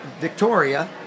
victoria